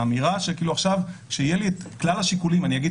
האמירה שכשיהיו לי כלל השיקולים אני אגיד